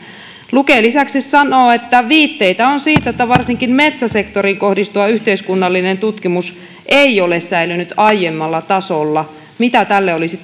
luke lisäksi sanoo että viitteitä on siitä että varsinkin metsäsektoriin kohdistuva yhteiskunnallinen tutkimus ei ole säilynyt aiemmalla tasolla mitä tälle olisi